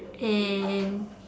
and